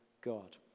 God